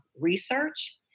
research